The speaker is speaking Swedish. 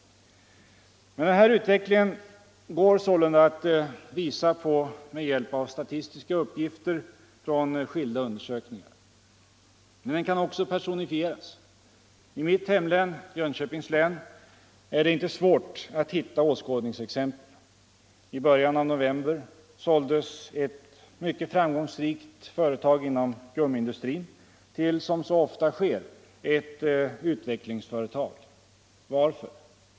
Den här utvecklingen går sålunda att bevisa med hjälp av statistiska uppgifter från skilda undersökningar. Men den kan också personifieras. I mitt hemlän — Jönköpings län — är det inte svårt att hitta åskådningsexempel. I början av november såldes ett mycket framgångsrikt företag inom gummiindustrin till — som så ofta sker — ett utvecklingsföretag. Varför?